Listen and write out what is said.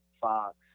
Fox